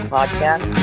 Podcast